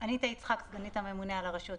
אני אניטה יצחק, סגנית הממונה על הרשות.